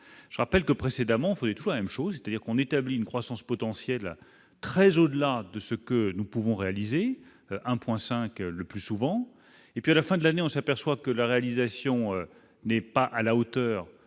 je rappelle que précédemment sur les toits, même chose, c'est-à-dire qu'on établit une croissance potentielle très au-delà de ce que nous pouvons réaliser 1,5 le plus souvent, et puis à la fin de l'année, on s'aperçoit que la réalisation n'est pas à la hauteur